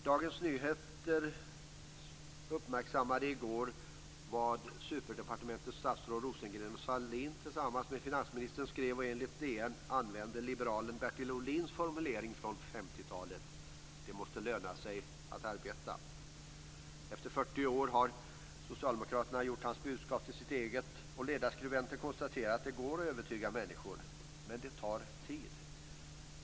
Dagens Nyheter uppmärksammade i går vad superdepartementets statsråd Rosengren och Sahlin tillsammans med finansministern skrev. Enligt DN använde de sig av liberalen Bertil Ohlins formulering från 50-talet: "Det måste löna sig att arbeta." Efter 40 år har socialdemokraterna gjort hans budskap till sitt eget, och ledarskribenten konstaterar att det går att övertyga människor, men att det tar tid.